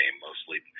mostly